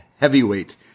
Heavyweight